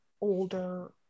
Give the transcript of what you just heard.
older